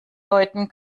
deuten